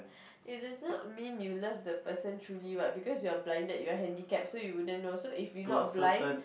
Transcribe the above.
it does not mean you love the person truly what because you are blinded you are handicapped so you wouldn't know so if we not blind